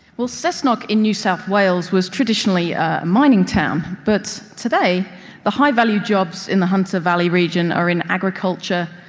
well, cessnock in new south wales was traditionally a mining town, but today the high-value jobs in the hunter valley region are in agriculture,